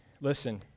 listen